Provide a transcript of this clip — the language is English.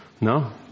No